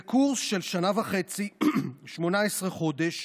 זה קורס של שנה וחצי, 18 חודש,